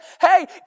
hey